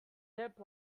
zip